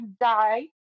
die